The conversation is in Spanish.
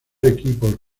equipos